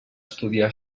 estudiar